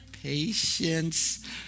patience